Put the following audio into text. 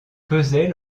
pesait